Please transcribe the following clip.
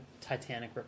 Titanic